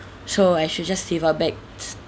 so I should just save up back